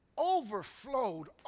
overflowed